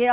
y